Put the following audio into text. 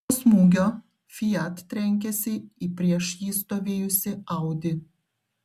po smūgio fiat trenkėsi į prieš jį stovėjusį audi